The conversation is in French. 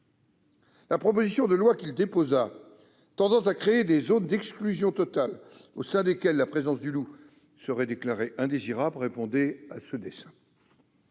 La proposition de loi qu'il déposa, tendant à créer des « zones d'exclusion totale » au sein desquelles la présence du loup serait déclarée indésirable, répondait à ce dessein.